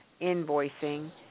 invoicing